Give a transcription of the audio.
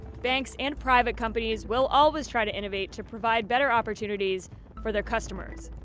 banks and private companies will always try to innovate to provide better opportunities for their customers.